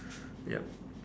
ya